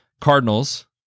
Cardinals